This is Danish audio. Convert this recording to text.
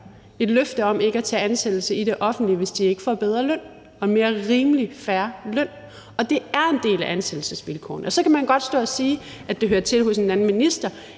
et løfte om ikke at tage ansættelse i det offentlige, hvis de ikke får en bedre løn – en mere rimelig og fair løn. Og det er en del af ansættelsesvilkårene. Så kan man godt stå og sige, at det hører til hos en anden minister,